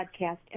podcast